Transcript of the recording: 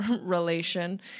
relation